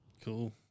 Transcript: Cool